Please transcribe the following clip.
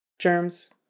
germs